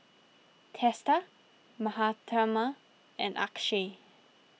Teesta Mahatma and Akshay